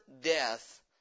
death